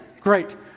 great